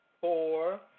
four